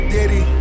Diddy